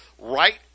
Right